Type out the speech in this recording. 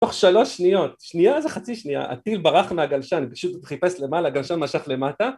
תוך שלוש שניות, שנייה זה חצי שנייה, הטיל ברח מהגלשן, אני פשוט הוא חיפש למעלה, הגלשן משך למטה.